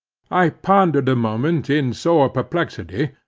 i pondered a moment in sore perplexity.